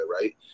right